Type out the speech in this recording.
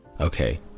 Okay